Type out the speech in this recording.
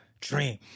dream